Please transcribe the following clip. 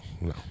No